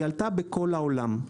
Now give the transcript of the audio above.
עלתה בכל העולם.